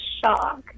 shock